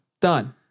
Done